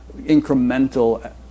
incremental